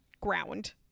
Ground